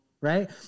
Right